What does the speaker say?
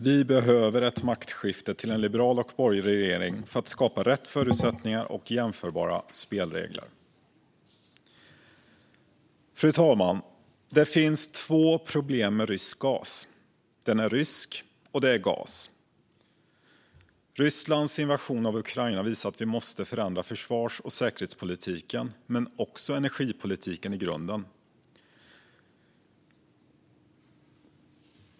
Vi behöver ett maktskifte till en liberal och borgerlig regering för att skapa rätt förutsättningar och jämförbara spelregler. Fru talman! Det finns två problem med rysk gas: Den är rysk, och den är gas. Rysslands invasion av Ukraina visar att vi måste förändra försvars och säkerhetspolitiken men också energipolitiken i grunden.